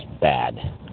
bad